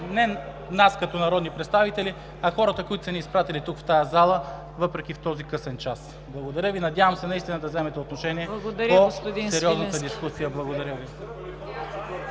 не само нас, народните представители, но и хората, които са ни изпратили тук, в тази зала, въпреки този късен час. Благодаря, надявам се да вземете отношение по сериозната дискусия. (Народният